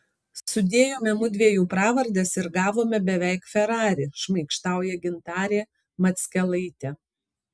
sudėjome mudviejų pravardes ir gavome beveik ferrari šmaikštauja gintarė mackelaitė